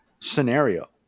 scenario